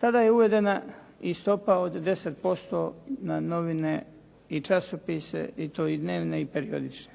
Tada je uvedena i stopa od 10% na novine i časopise i to i dnevne i periodične.